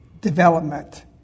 development